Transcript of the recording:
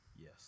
Yes